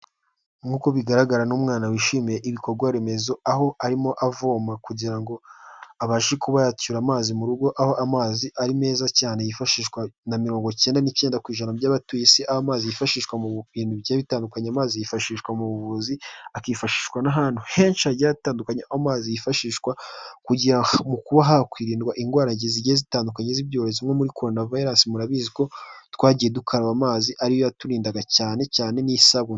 Nk'uko bigaragara n'umwana wishimiye ibikorwaremezo aho arimo avoma kugira ngo abashe kuba yacyura amazi murugo aho amazi ari meza cyane yifashishwa na mirongo icyenda n'icyenda ku ijana by'abatuye isi aho amazi yifashishwa mubintu bigiye bitandukanye, amazi yifashishwa mubuvuzi, akifashishwa n'ahantu henshi hagiye hatandukanye, amazi yifashishwa mukuba hakwirindwa indwara zigiye zitandukanye z'ibyorezo nko muri Corona Virus murabizi ko twagiye dukaraba amazi ariyo yaturindaga cyanecyane n'isabune.